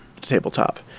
tabletop